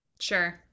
Sure